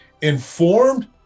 informed